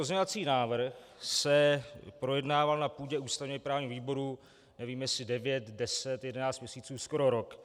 Pozměňovací návrh se projednával na půdě ústavněprávního výboru nevím, jestli devět, deset, jedenáct měsíců, skoro rok.